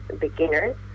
beginners